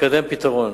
מקדם פתרון.